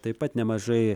taip pat nemažai